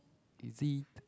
is it